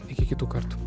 iki kitų kartų